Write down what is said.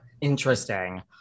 Interesting